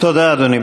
תודה, אדוני.